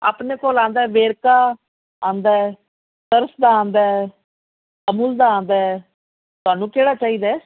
ਆਪਣੇ ਕੋਲ ਆਉਂਦਾ ਵੇਰਕਾ ਆਂਦਾ ਸੁਪਰ ਦਾ ਆਂਦਾ ਅਮੁਲ ਦਾ ਆਂਦਾ ਤੁਹਾਨੂੰ ਕਿਹੜਾ ਚਾਹੀਦਾ